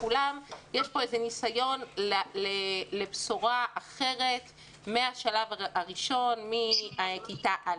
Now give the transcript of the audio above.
יש פה איזה ניסיון לבשורה אחרת מהשלב הראשון מכיתה א'.